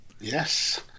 Yes